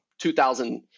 2,000